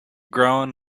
growing